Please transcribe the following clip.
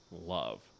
love